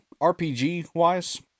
RPG-wise